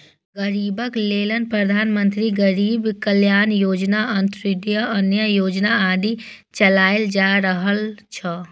गरीबक लेल प्रधानमंत्री गरीब कल्याण योजना, अंत्योदय अन्न योजना आदि चलाएल जा रहल छै